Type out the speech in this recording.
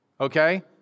Okay